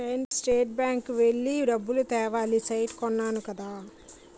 state bank కి వెళ్లి డబ్బులు తేవాలి సైట్ కొన్నాను కదా